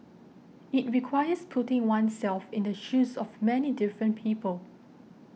it requires putting oneself in the shoes of many different people